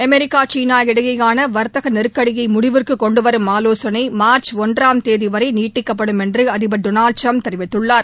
America சீனா இடையேயான வர்த்தக நெருக்கடியை முடிவுக்கு கொண்டுவரும் ஆலோசனை மார்ச் ஒன்றாம் தேதிவரை நீட்டிக்கப்படும் என்று அதிபர் டொனால்ட் ட்ரம்ப் தெரிவித்துள்ளார்